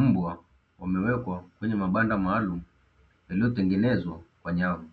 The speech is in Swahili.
Mbwa wamewekwa kwenye mabanda maalumu yaliyotengenezwa kwa nyavu,